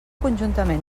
conjuntament